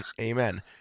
Amen